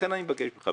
לכן אני מבקש ממך,